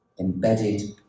embedded